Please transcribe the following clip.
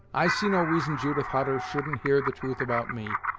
i see no reason judith hutter shouldn't hear the truth about me,